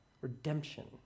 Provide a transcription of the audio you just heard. redemption